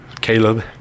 Caleb